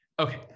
okay